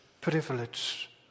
privilege